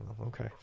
Okay